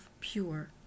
pure